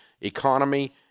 economy